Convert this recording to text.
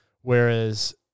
whereas